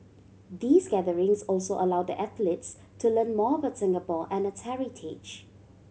these gatherings also allow the athletes to learn more about Singapore and its heritage